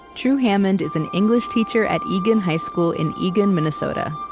drew hammond is an english teacher at eagan high school in eagan, minnesota.